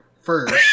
first